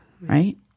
Right